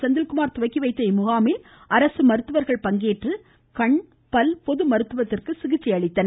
செந்தில் குமார் துவக்கி வைத்த இம்முகாமில் அரசு மருத்துவர்கள் பங்கேற்று கண் பல் பொது மருத்துவத்திற்கு சிகிச்சை அளித்தனர்